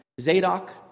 Zadok